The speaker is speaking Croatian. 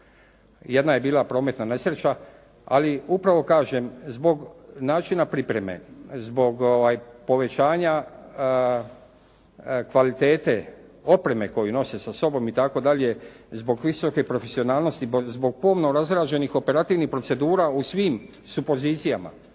Jedna je bila prometna nesreća, ali upravo kažem zbog načina pripreme, zbog povećanja kvalitete, opreme koju nose sa sobom itd. zbog visoke profesionalnosti, zbog pomno razrađenih operativnih procedura u svim su pozicijama,